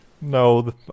No